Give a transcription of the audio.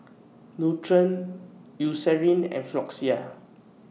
Nutren Eucerin and Floxia